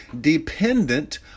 dependent